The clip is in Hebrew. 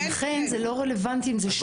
לכן זה לא רלוונטי אם זה שלושה.